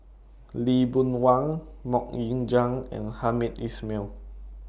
Lee Boon Wang Mok Ying Jang and Hamed Ismail